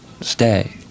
stay